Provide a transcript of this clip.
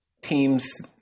teams